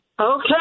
Okay